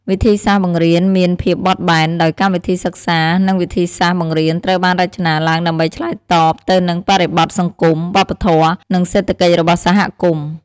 វិធីសាស្ត្របង្រៀនមានភាពបត់បែន ដោយកម្មវិធីសិក្សា និងវិធីសាស្ត្របង្រៀនត្រូវបានរចនាឡើងដើម្បីឆ្លើយតបទៅនឹងបរិបទសង្គម វប្បធម៌ និងសេដ្ឋកិច្ចរបស់សហគមន៍។